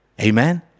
Amen